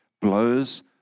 blows